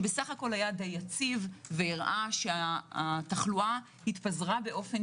שסך הכול היה די יציב והראה שהתחלואה התפזרה באופן